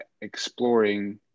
exploring